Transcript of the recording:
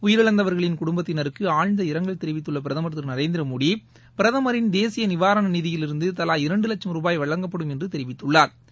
உயிரிழந்தவர்களின் குடும்பத்தினருக்குஆழ்ந்த இரங்கல் தெிவித்துள்ளபிரதமர் திருநரேந்திரமோடி பிரதமா் தேசியநிவாரணநிதியிலிருந்துதவா இரண்டுவட்சம் ரூபாய் வழங்கப்படும் என்றுதெரிவித்துள்ளாா்